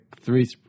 Three